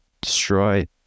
Destroy